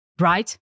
right